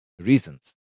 reasons